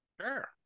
sure